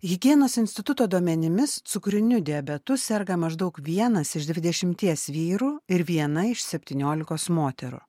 higienos instituto duomenimis cukriniu diabetu serga maždaug vienas iš dvidešimties vyrų ir viena iš septyniolikos moterų